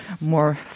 more